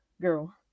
girl